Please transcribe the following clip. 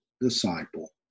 disciple